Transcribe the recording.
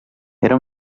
era